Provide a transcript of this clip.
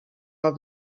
off